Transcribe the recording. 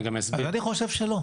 אז אני חושב שלא.